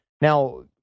Now